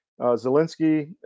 Zelensky